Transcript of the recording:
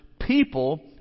People